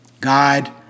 God